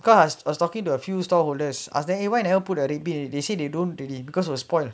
because I was talking to a few stall owner are then he went to help would already be they see they don't dirty because we're spoilt